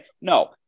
no